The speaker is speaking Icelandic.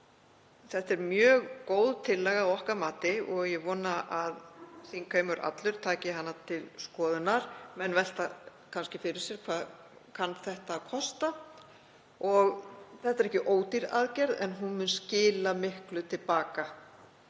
Þetta er því mjög góð tillaga að okkar mati og ég vona að þingheimur allur taki hana til skoðunar. Menn velta kannski fyrir sér hvað þetta kunni að kosta. Þetta er ekki ódýr aðgerð en hún mun skila miklu til baka.